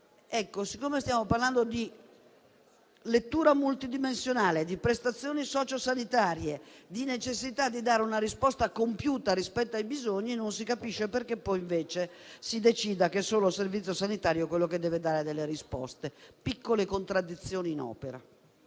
siccome stiamo parlando di lettura multidimensionale, di prestazioni sociosanitarie e della necessità di dare una risposta compiuta rispetto ai bisogni, non si capisce perché poi, invece, si decida che è solo il servizio sanitario a dover dare delle risposte. Piccole contraddizioni in opera.